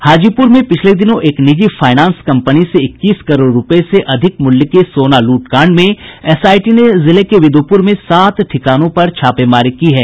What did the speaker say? हाजीपुर में पिछले दिनों एक निजी फायनांस कंपनी से इक्कीस करोड़ रूपये से अधिक मूल्य के सोना लूट कांड में एसआईटी ने जिले के बिद्रपुर में सात ठिकानों पर छापेमारी की है